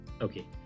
okay